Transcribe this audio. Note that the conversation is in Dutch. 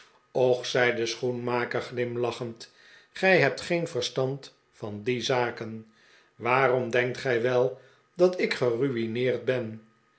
och zei de schoenmaker glimlachend gij hebt ge en verstand van die zaken waardoor denkt gij wel dat ik gerumeerd ben